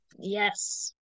Yes